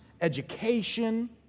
education